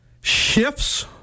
shifts